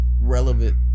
relevant